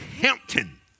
Hampton